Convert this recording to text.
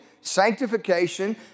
sanctification